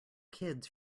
kids